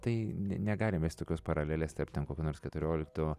tai ne negalim vest tokios paralelės tarp ten kokio nors keturiolikto